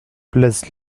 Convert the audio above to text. place